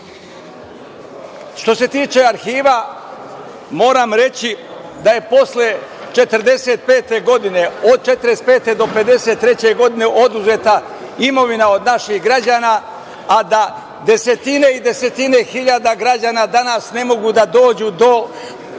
se tiče Arhiva moram reći da je posle 1945. godine, od 1945. do 1953. godine oduzeta imovina od naših građana, a da desetine i desetine hiljada građana ne mogu da dođu do